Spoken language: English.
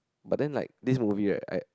but then like this movie right I